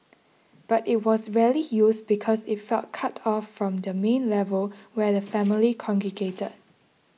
but it was rarely used because it felt cut off from the main level where the family congregated